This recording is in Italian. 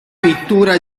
pittura